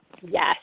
Yes